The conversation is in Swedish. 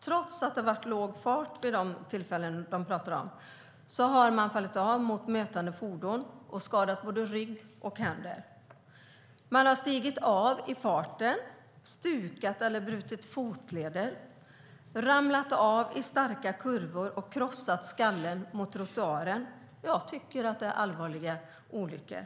Trots att det har varit låg fart vid de aktuella tillfällena har man fallit av mot mötande fordon och skadat både rygg och händer. Man har stigit av i farten och stukat eller brutit fotleder, ramlat av i starka kurvor och krossat skallen mot trottoaren. Det är allvarliga olyckor.